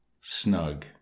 snug